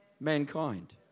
Mankind